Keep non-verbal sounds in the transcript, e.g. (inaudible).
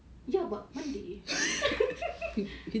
ya but monday (laughs)